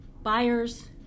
buyers